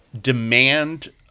demand